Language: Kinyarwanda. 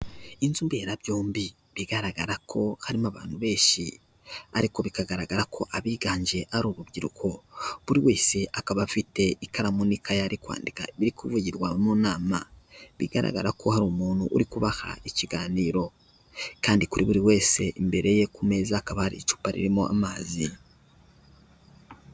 Inzu mberabyombi bigaragara ko harimo abantu benshi, ariko bikagaragara ko abiganje ari urubyiruko, buri wese akaba afite ikaramu n'ikayi ari kwandika ibiri kuvugirwa mu nama, bigaragara ko hari umuntu uri kubaha ikiganiro, kandi kuri buri wese imbere ye ku meza hakaba hari icupa ririmo amazi.